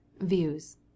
views